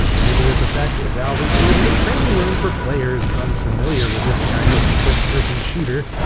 and to this effect, valve included a training room for players unfamiliar with this kind of first-person shooter.